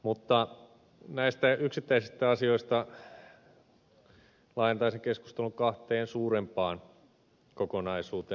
mutta näistä yksittäisistä asioista laajentaisin keskustelun kahteen suurempaan kokonaisuuteen